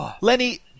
Lenny